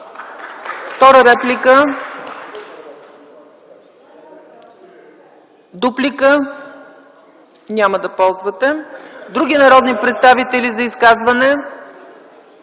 Втора реплика? Няма. Дуплика? Няма да ползвате. Други народни представители за изказване?